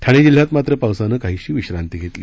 ठाणे जिल्ह्यात मात्र पावसानं काहीशी विश्रांती घेतली